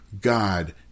God